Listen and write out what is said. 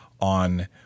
on